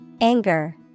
Anger